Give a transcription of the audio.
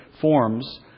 forms